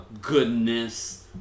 goodness